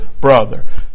brother